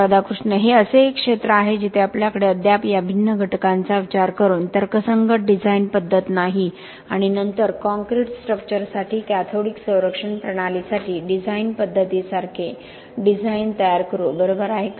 राधाकृष्ण हे असे एक क्षेत्र आहे जिथे आपल्याकडे अद्याप या भिन्न घटकांचा विचार करून तर्कसंगत डिझाइन पद्धत नाही आणि नंतर कॉंक्रिट स्ट्रक्चर्ससाठी कॅथोडिक संरक्षण प्रणालीसाठी डिझाइन पद्धतीसारखे डिझाइन तयार करू बरोबर आहे का